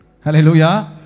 Hallelujah